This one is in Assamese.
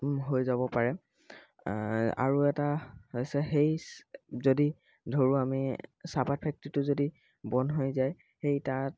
হয় যাব পাৰে আৰু এটা হৈছে সেই যদি ধৰোঁ আমি চাহপাত ফেক্ট্ৰিটো যদি বন্ধ হৈ যায় সেই তাত